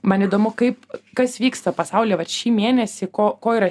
man įdomu kaip kas vyksta pasaulyje vat šį mėnesį ko ko yra